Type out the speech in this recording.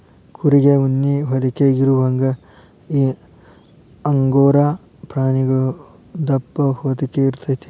ಕುರಿಗೆ ಉಣ್ಣಿ ಹೊದಿಕೆ ಇರುವಂಗ ಈ ಅಂಗೋರಾ ಪ್ರಾಣಿಗು ದಪ್ಪ ಹೊದಿಕೆ ಇರತತಿ